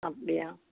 அப்படியா